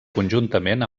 conjuntament